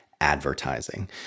advertising